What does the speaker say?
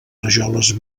rajoles